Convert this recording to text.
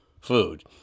food